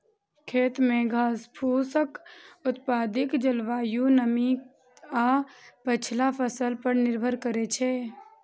खेत मे घासफूसक उपस्थिति जलवायु, नमी आ पछिला फसल पर निर्भर करै छै